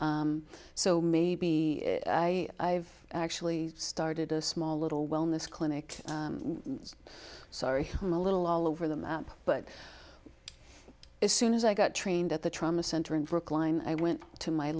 so maybe i have actually started a small little wellness clinic sorry i'm a little all over the map but as soon as i got trained at the trauma center in brookline i went to my